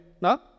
No